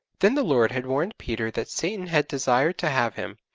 then the lord had warned peter that satan had desired to have him,